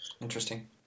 Interesting